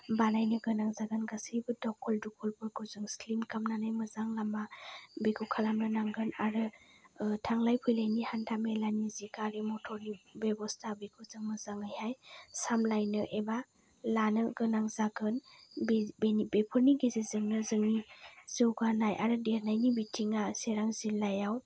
बानायनो गोनां जागोन गासैबो दखल दुखलफोरखौ जों स्लिम खालामनानै मोजां लामा बिखौ खालामनो नांगोन आरो थांलाय फैलायनि हान्था मेलानि जे गारि मटरनि बेबसथा बेखौ जों मोजाङै हाय सामलायनो एबा लानो गोनां जागोन बफोरनि गेजेरजोंनो जोंनि जौगानाय आरो देरनायनि बिथिंया चिरां जिल्लायाव